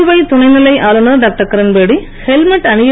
புதுவை துணை நிலை ஆளுநர் டாக்டர் கிரண்பேடி ஹெல்மெட் அணிய